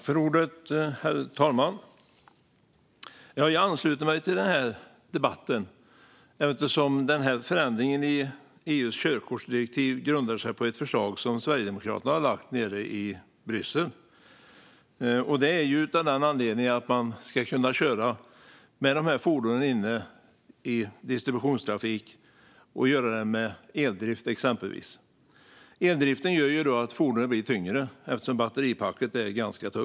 Herr talman! Jag ansluter mig till debatten eftersom förändringen i EU:s körkortsdirektiv grundar sig på ett förslag som Sverigedemokraterna har lagt fram nere i Bryssel. Anledningen är att man ska kunna köra med de här fordonen inne i distributionstrafik och göra det med exempelvis eldrift. Eldriften gör att fordonen blir tyngre eftersom batteripacken är ganska tunga.